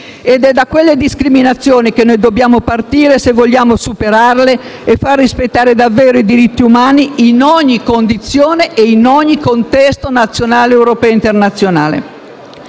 ed è da quelle discriminazioni che noi dobbiamo partire, se vogliamo superarle e far rispettare davvero i diritti umani in ogni condizione e in ogni contesto nazionale, europeo e internazionale.